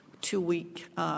two-week